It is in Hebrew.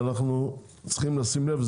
ואנחנו צריכים לשים לב,